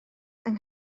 yng